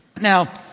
Now